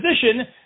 position